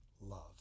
love